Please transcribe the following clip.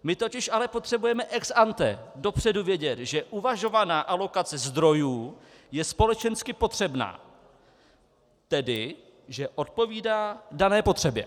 My totiž ale potřebujeme ex ante, dopředu, vědět, že uvažovaná alokace zdrojů je společensky potřebná, tedy že odpovídá dané potřebě.